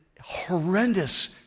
Horrendous